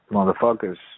Motherfuckers